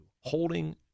holding